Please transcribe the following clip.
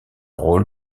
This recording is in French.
rôle